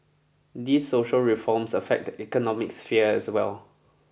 these social reforms affect the economic sphere as well